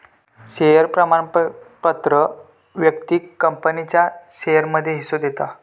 share प्रमाणपत्र व्यक्तिक कंपनीच्या शेयरमध्ये हिस्सो देता